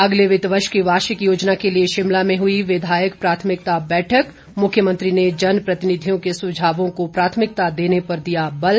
अगले वित्त वर्ष की वार्षिक योजना के लिए शिमला में हुई विधायक प्राथमिकता बैठक मुख्यमंत्री ने जनप्रतिनिधियों के सुझावों को प्राथमिकता देने पर दिया बल